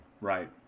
Right